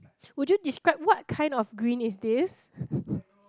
would you describe what kind of green is this